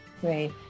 Great